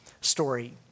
story